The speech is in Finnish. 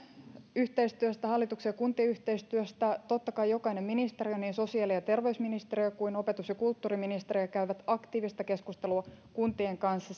yhteistyöstä hallituksen ja kuntien yhteistyöstä totta kai jokainen ministeriö niin sosiaali ja terveysministeriö kuin opetus ja kulttuuriministeriö käyvät aktiivista keskustelua kuntien kanssa